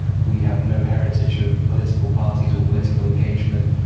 we have no heritage of political parties or political engagement.